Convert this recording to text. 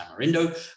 tamarindo